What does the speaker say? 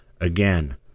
Again